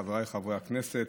חבריי חברי הכנסת,